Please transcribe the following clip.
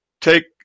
take